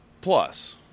plus